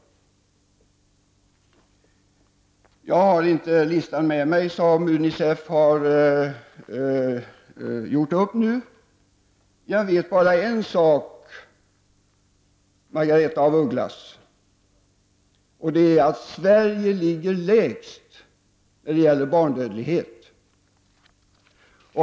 Jag har inte den lista med mig som UNICEF har gjort upp. Jag vet bara en sak, Margaretha af Ugglas, nämligen att Sverige ligger lägst när det gäller barnadödlighet.